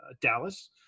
Dallas